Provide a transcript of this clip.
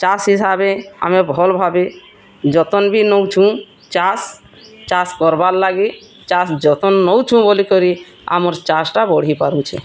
ଚାଷ୍ ହିସାବେ ଆମେ ଭଲ ଭାବେ ଯତନ୍ ଭି ନଉଛୁଁ ଚାଷ୍ ଚାଷ୍ କରବାର୍ ଲାଗି ଚାଷ୍ ଯତନ୍ ନେଉଛୁଁ ବୋଲି କରି ଆମର୍ ଚାଷ୍ଟା ବଢ଼ିପାରୁଛେ